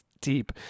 deep